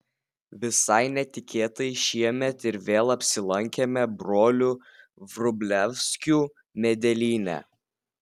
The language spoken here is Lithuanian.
visai netikėtai šiemet ir vėl apsilankėme brolių vrublevskių medelyne